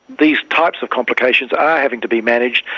these types of complications are having to be managed,